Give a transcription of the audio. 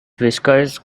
whiskers